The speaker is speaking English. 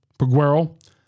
Paguero